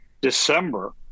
December